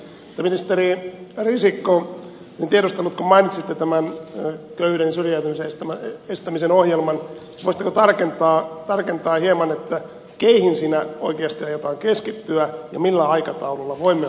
mutta ministeri risikko olisin tiedustellut kun mainitsitte tämän köyhyyden ja syrjäytymisen estämisen ohjelman voisitteko tarkentaa hieman keihin siinä oikeasti aiotaan keskittyä ja millä aikataululla voimme odottaa myöskin tuloksia